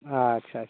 ᱟᱪᱪᱷᱟ ᱟᱪᱪᱷᱟ